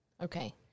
Okay